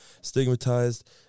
stigmatized